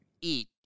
eat